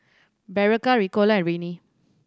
Berocca Ricola and Rene